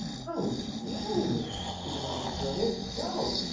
how dare you! she demanded sternly. go!